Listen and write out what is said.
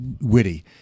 witty